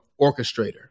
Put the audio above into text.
orchestrator